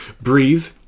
Breathe